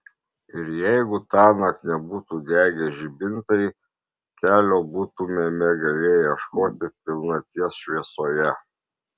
ir jeigu tąnakt nebūtų degę žibintai kelio būtumėme galėję ieškoti pilnaties šviesoje